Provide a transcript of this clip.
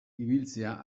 ibiltzea